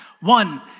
One